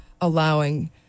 allowing